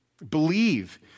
Believe